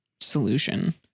solution